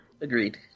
Agreed